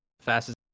fastest